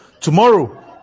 Tomorrow